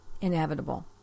inevitable